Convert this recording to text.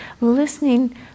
listening